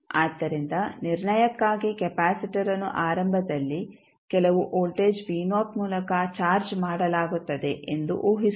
ಆದ್ದರಿಂದ ನಿರ್ಣಯಕ್ಕಾಗಿ ಕೆಪಾಸಿಟರ್ ಅನ್ನು ಆರಂಭದಲ್ಲಿ ಕೆಲವು ವೋಲ್ಟೇಜ್ ಮೂಲಕ ಚಾರ್ಜ್ ಮಾಡಲಾಗುತ್ತದೆ ಎಂದು ಊಹಿಸೋಣ